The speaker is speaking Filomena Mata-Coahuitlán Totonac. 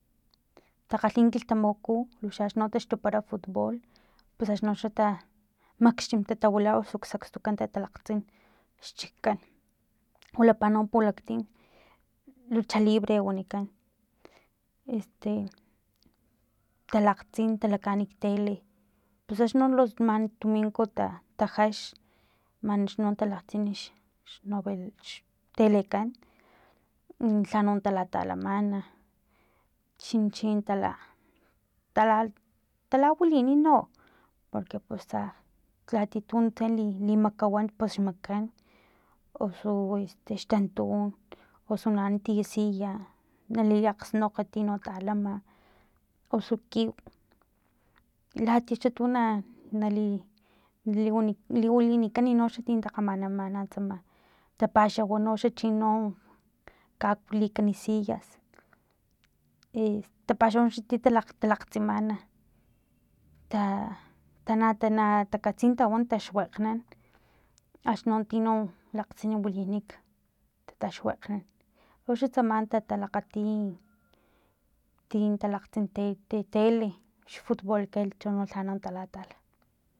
Takgalhi kilhtamaku luxaxni no taxtupara fot bool pus axni no ta makxtim tatawila luksakstukan talakgtsin xchikan wilapa no pulaktim luchalibre wanikan este talakgtsin talakaan ktele pus axni no man tuminko ta tajax nano akx talakgtsin xnove xtelekan mm lhano talatalamana chin chintala talawilini no porque pus tsa latia tuntse talimakawan pus xmakan osu este xtantun osu naan tiya siya nali akgsnokg tino talama osu kiw latia xa tuna nali nali wilinikan noxa tino takgamanamana tsama tapaxawa noxa chino kakwilikan sillas e tapaxawa ti talakg talakgtsimana ta tana takatsina tawan taxuekgnan axno tino lakgtsin wilinik tataxwekgnan uxan tsama tatalakgati tin talakgtsin tele xfutbolkan chono talatala